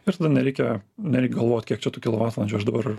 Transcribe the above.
ir tame nereikia nereik galvot kiek čia tų kilovatvalandžių aš dabar